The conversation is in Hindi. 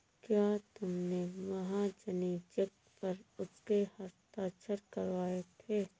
क्या तुमने महाजनी चेक पर उसके हस्ताक्षर करवाए थे?